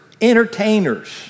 entertainers